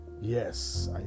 Yes